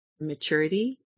maturity